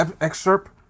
excerpt